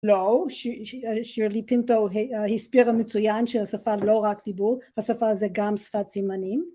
לא שירלי פינטו הסבירה מצוין שהשפה לא רק דיבור השפה זה גם שפת סימנים